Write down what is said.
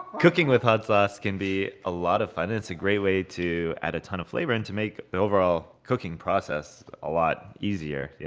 cooking with hot sauce can be a lot of fun. it's a great way to add a ton of flavor and to make the overall cooking process a lot easier. yeah